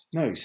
No